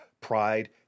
Pride